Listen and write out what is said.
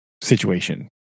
situation